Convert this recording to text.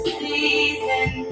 season